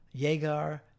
Yegar